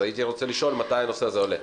אז הייתי לשאול מתי הנושא הזה עולה.